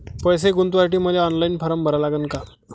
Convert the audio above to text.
पैसे गुंतवासाठी मले ऑनलाईन फारम भरा लागन का?